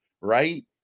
right